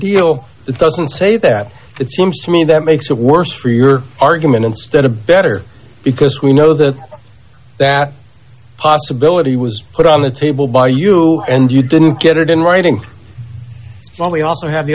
deal doesn't say that it seems to me that makes it worse for your argument instead of better because we know that that possibility was put on the table by you and you didn't get it in writing but we also have the